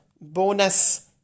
bonus